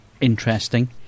interesting